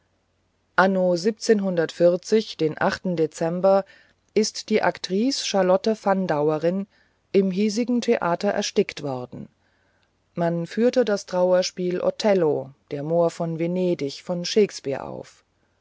anno den dezember ist die actrice charlotte fandauerin im hiesigen theater erstickt worden man führte das trauerspiel othello der mohr von venedig von shakespeare auf